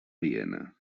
viena